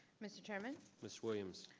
mr. chairman? miss williams.